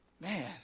man